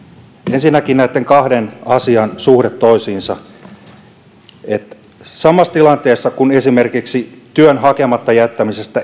ensinnäkin näiden kahden asian suhde toisiinsa samasta tilanteesta esimerkiksi työn hakematta jättämisestä